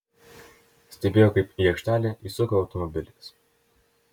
stebėjo kaip į aikštelę įsuka automobilis